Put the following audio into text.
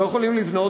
לא יכולים לבנות,